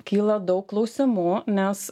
kyla daug klausimų nes